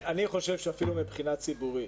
אני חושב שאפילו מבחינה ציבורית,